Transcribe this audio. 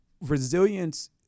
Resilience